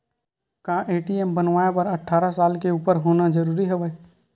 का ए.टी.एम बनवाय बर अट्ठारह साल के उपर होना जरूरी हवय?